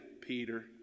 Peter